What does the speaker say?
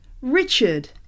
Richard